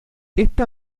esta